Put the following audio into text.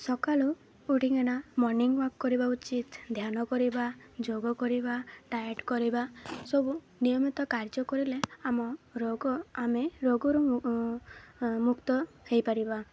ସକାଳୁ ଉଠିିକିନା morning walk କରିବା ଉଚିତ୍ ଧ୍ୟାନ କରିବା ଯୋଗ କରିବା ଡାଏଟ୍ କରିବା ସବୁ ନିୟମିତ କାର୍ଯ୍ୟ କରିଲେ ଆମ ରୋଗ ଆମେ ରୋଗରୁ ମୁକ୍ତ ହେଇପାରିବା